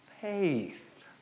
faith